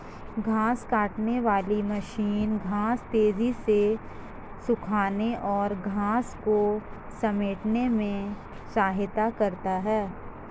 घांस काटने वाली मशीन घांस तेज़ी से सूखाने और घांस को समेटने में सहायता करता है